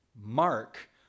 mark